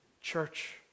Church